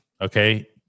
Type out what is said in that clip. okay